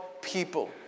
people